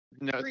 No